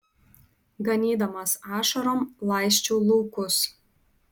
ganydamas ašarom laisčiau laukus